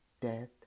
death